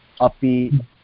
upbeat